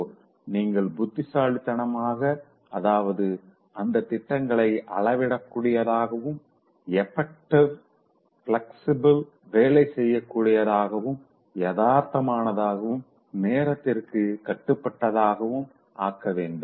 so நீங்கள் புத்திசாலித்தனமாக அதாவது அந்த திட்டங்களை அளவிடக்கூடியதாகவும் எபெக்டிவாகவும் பிளக்ஸ்பிலாகவும் வேலை செய்யக்கூடியதாகவும் யதார்த்தமானதாகவும் நேரத்திற்குக் கட்டுப்பட்டதாகவும் ஆக்க வேண்டும்